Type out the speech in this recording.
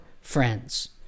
friends